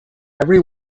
every